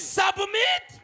submit